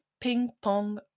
ping-pong